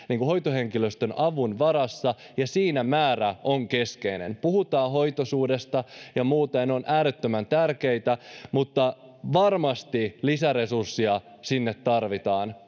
hoitohenkilöstön avun varassa ja siinä määrä on keskeinen puhutaan hoitoisuudesta ja muusta ja ne ovat äärettömän tärkeitä mutta lisäresurssia varmasti tarvitaan